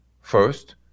first